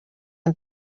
and